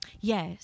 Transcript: Yes